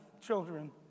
children